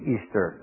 Easter